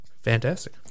Fantastic